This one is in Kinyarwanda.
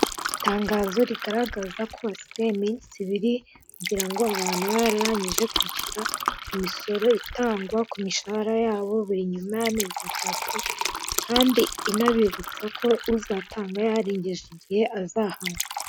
Itangazo rigaragaza ko hasigaye iminsi ibiri, kugira ngo abantu babe bararangije kwishyura imisoro itangwa kumishahara yabo buri nyuma y'amezi atatu, kandi inabibutsa ko uzasanga yararengeje igihe azahanwa.